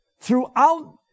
throughout